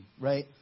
right